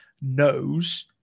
knows